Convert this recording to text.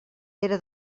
pere